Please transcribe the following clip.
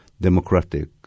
democratic